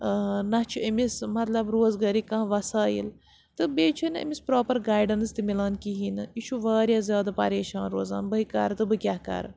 نہ چھُ أمِس مطلب روزگٲری کانٛہہ وَسٲیِل تہٕ بیٚیہِ چھِنہٕ أمِس پرٛاپَر گایڈَنٕس تہِ مِلان کِہیٖنۍ نہٕ یہِ چھُ واریاہ زیادٕ پریشان روزان بٕے کَرٕ تہٕ بہٕ کیٛاہ کَرٕ